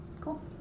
cool